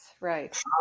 Right